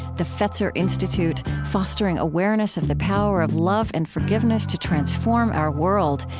the fetzer institute, fostering awareness of the power of love and forgiveness to transform our world.